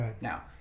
now